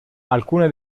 alcune